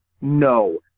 No